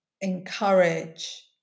encourage